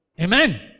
amen